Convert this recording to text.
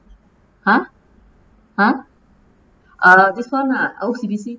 !huh! !huh! uh this one ah O_C_B_C